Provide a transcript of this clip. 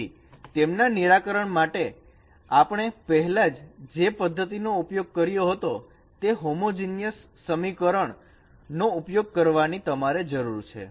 તેથી તેમના નિરાકરણ માટે આપણે પહેલાં જે પદ્ધતિનો ઉપયોગ કર્યો હતો તે હોમોજીનીયસ સમીકરણ નો ઉપયોગ કરવાની તમારે જરૂર છે